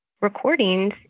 recordings